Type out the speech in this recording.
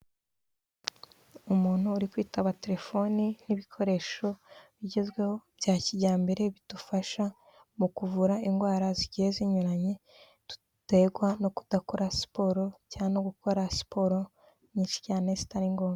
Umuntu uri kwitaba telefoni n'ibikoresho bigezweho bya kijyambere bidufasha mu kuvura indwara zigiye zinyuranye dututegwa no kudakora siporo cyangwa gukora siporo nyinshi cyane zitari ngombwa.